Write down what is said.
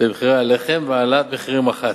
במחירי הלחם והעלאת מחירים אחת.